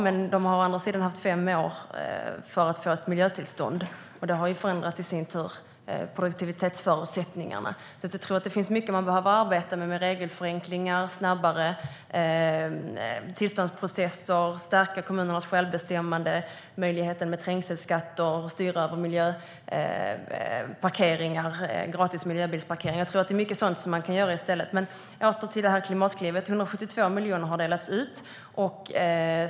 Men det har å andra sidan fått vänta fem år för att få ett miljötillstånd. Det har i sin tur förändrat produktivitetsförutsättningarna. Det finns mycket man behöver arbeta med när det gäller regelförenklingar, snabbare tillståndsprocesser, att stärka kommunernas självbestämmande, möjligheten med trängselskatter, att styra över miljöparkeringar och gratis miljöbilsparkering. Det är mycket sådant man i stället kan göra. Jag kommer åter till Klimatklivet. Det har delats ut 172 miljoner.